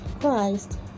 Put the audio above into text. Christ